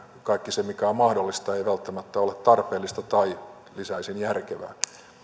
kaikki se mikä on mahdollista ei välttämättä ole tarpeellista tai lisäisin järkevää